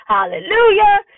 Hallelujah